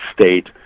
state